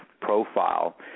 profile